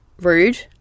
rude